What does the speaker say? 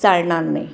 चालणार नाही